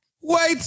Wait